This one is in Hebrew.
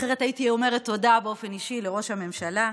אחרת הייתי אומרת תודה באופן אישי לראש הממשלה.